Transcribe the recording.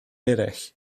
eraill